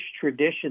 tradition